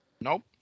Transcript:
Nope